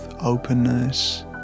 openness